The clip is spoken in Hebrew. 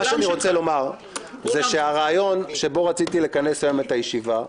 בוא נעשה רגע סדר --- אתם ממשלת ימין הכי כושלת במשילות שהייתה פה.